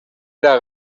era